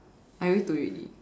I already told you already